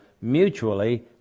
mutually